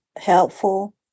helpful